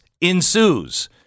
ensues